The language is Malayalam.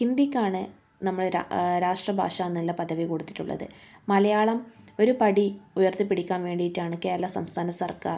ഹിന്ദിക്കാണ് നമ്മൾ രാഷ്ട്ര ഭാഷായെന്നുള്ള പദവി കൊടുത്തിട്ടുള്ളത് മലയാളം ഒരുപടി ഉയർത്തിപ്പിടിക്കാൻ വേണ്ടിയിട്ടാണ് കേരള സംസ്ഥാന സർക്കാർ